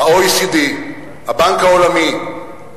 ה-OECD, הבנק העולמי,